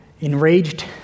enraged